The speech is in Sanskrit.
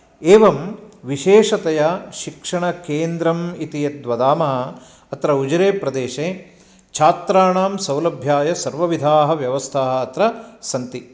एवं विशेषतया शिक्षणकेन्द्रम् इति यद्वदामः अत्र उजिरे प्रदेशे छात्राणां सौलभ्याय सर्वविधाः व्यवस्थाः अत्र सन्ति